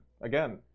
again